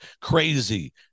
crazy